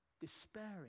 despairing